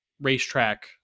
racetrack